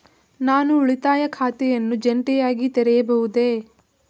ನಾನು ಉಳಿತಾಯ ಖಾತೆಯನ್ನು ಜಂಟಿಯಾಗಿ ತೆರೆಯಬಹುದೇ?